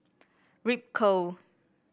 Ripcurl